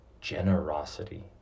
Generosity